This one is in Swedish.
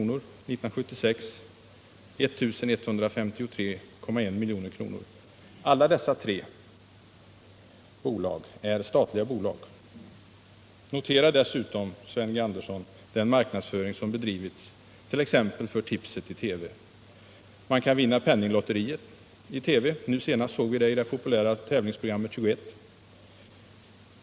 Alla dessa tre bolag är statliga. Notera dessutom den marknadsföring som har bedrivits, t.ex. för tipset i TV. Man kan vinna penninglotter i TV. Nu senast såg vi det i det populära tävlingsprogrammet 21.